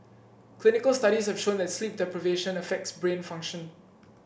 clinical studies have shown that sleep deprivation affects brain function